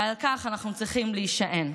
ועל כך אנחנו צריכים להישען.